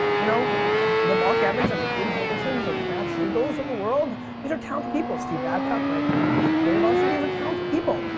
you know the mark evans and the katie hankinson's and the matt seigels of the world, these are talented people, steve babcock, my new chief creative officer, these are talented people.